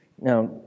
Now